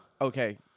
Okay